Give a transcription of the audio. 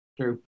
True